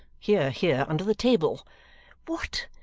here, here, under the table what,